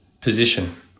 Position